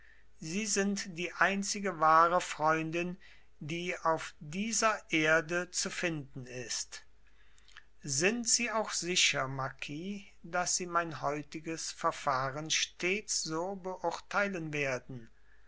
sie sind die einzige wahre freundin die auf dieser erde zu finden ist sind sie auch sicher marquis daß sie mein heutiges verfahren stets so beurteilen werden